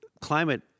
climate